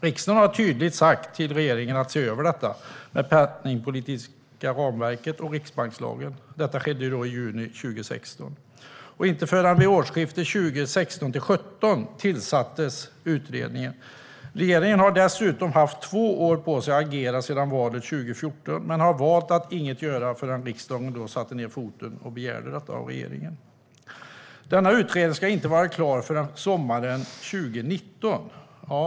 Riksdagen har tydligt sagt till regeringen att se över det penningpolitiska ramverket och riksbankslagen. Detta skedde i juni 2016. Inte förrän vid årsskiftet 2016/17 tillsattes utredningen. Regeringen har dessutom haft två år på sig att agera sedan valet 2014 men har valt att inget göra förrän riksdagen satte ned foten och begärde detta av regeringen. Utredningen ska inte vara klar förrän sommaren 2019.